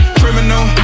criminal